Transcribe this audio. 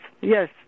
yes